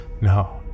No